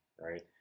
right